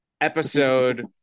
episode